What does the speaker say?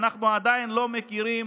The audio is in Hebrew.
אנחנו עדיין לא מכירים